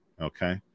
okay